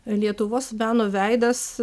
lietuvos meno veidas